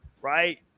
Right